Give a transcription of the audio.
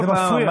זה מפריע.